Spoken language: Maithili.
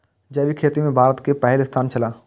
जैविक खेती में भारत के पहिल स्थान छला